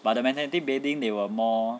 but the magnetic bedding they were more